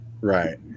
Right